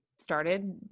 started